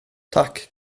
tack